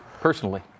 personally